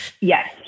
Yes